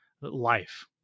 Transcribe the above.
life